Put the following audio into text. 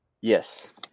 Yes